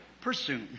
pursue